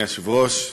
אדוני היושב-ראש,